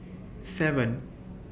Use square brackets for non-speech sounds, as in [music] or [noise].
[noise] seven